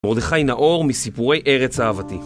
מרדכי נאור מסיפורי ארץ אהבתי